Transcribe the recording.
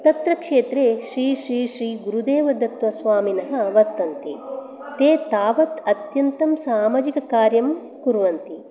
तत्र क्षेत्रे श्री श्री श्री गुरुदेवदत्तस्वामीनः वर्तन्ते ते तावत् अत्यन्तं सामाजिककार्यं कुर्वन्ति